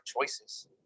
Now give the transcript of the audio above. choices